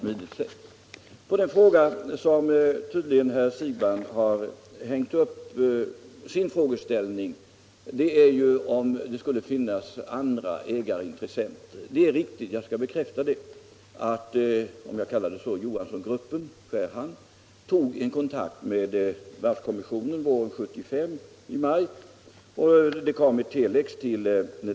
Med anledning av den fråga som herr Siegbahn nu framförde och som han tydligen har hängt upp sin interpellation på, nämligen om det finns andra ägarintressenter, skall jag bekräfta att det finns sådana intressen. Den s.k. Johanssongruppen i Skärhamn tog våren 1975 kontakt med varvskommissionen.